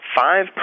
five